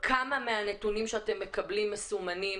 כמה מהנתונים שאתם מקבלים מסומנים,